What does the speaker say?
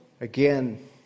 Again